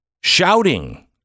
shouting